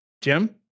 Jim